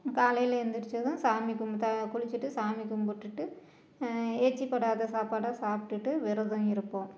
காலையில் எந்திரிச்சதும் சாமி கும்புத்த குளிச்சிவிட்டு சாமி கும்பிட்டுட்டு எச்சி படாத சாப்பாடை சாப்பிட்டுட்டு விரதம் இருப்போம்